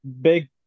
big